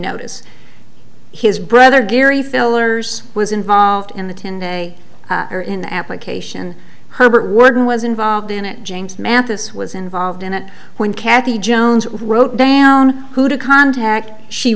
notice his brother gary fillers was involved in the ten day or in the application herbert warden was involved in it james mathis was involved in it when kathy jones wrote down who to contact she